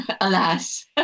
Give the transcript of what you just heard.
Alas